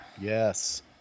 Yes